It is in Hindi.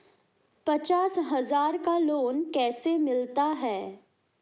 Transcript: पचास हज़ार का लोन कैसे मिलता है?